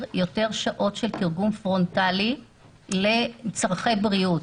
יותר שעות של תרגום פרונטלי לצורכי בריאות.